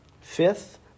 Fifth